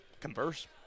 converse